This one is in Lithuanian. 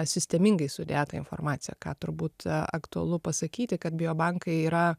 sistemingai sudėtą informaciją ką turbūt aktualu pasakyti kad biobankai yra